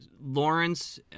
Lawrence